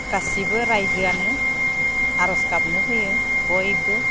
गासैबो रायजोआनो आरज गाबनो फैयो बयबो